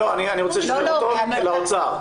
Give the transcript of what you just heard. שאלות לאוצר?